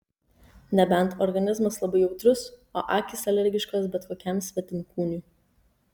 nebent organizmas labai jautrus o akys alergiškos bet kokiam svetimkūniui